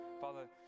Father